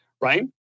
right